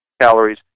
calories